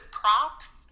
props